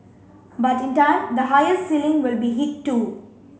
but in time the higher ceiling will be hit too